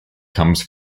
comes